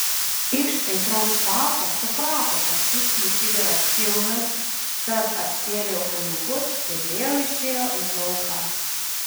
iš aitraus kvapo suprato kad šiukšlių kibiras pilnas tad apsiavė aulinukus ir vėl išėjo į lauką